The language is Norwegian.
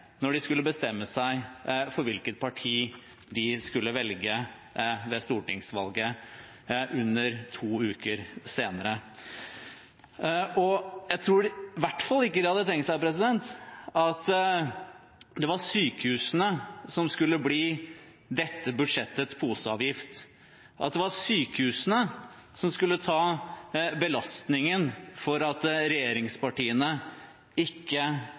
når de skulle bestemme seg for hvilket parti de skulle velge ved stortingsvalget under to uker senere. Jeg tror i hvert fall ikke de hadde tenkt seg at det var sykehusene som skulle bli dette budsjettets poseavgift, at det var sykehusene som skulle ta belastningen for at regjeringspartiene ikke